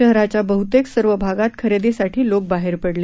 शहराच्या बहुतेक सर्व भागात खरेदीसाठी लोक बाहेर पडले